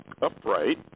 upright